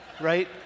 right